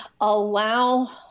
allow